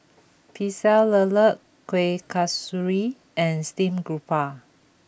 Pecel Lele Kuih Kasturi and Steamed Garoupa